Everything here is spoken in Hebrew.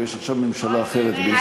ויש עכשיו ממשלה אחרת בישראל.